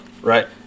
Right